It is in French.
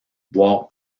voire